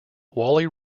wally